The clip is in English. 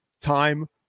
Time